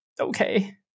Okay